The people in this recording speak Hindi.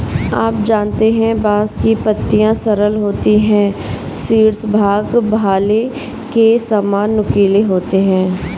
आप जानते है बांस की पत्तियां सरल होती है शीर्ष भाग भाले के सामान नुकीले होते है